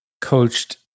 coached